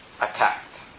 attacked